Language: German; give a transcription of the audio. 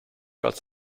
als